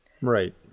Right